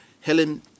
Helen